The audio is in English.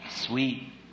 sweet